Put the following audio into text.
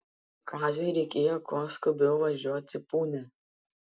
kaziui reikėjo kuo skubiau važiuot į punią